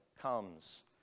comes